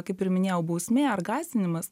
kaip ir minėjau bausmė ar gąsdinimas